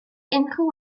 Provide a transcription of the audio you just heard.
unrhyw